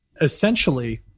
essentially